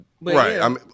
Right